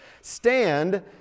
Stand